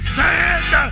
sand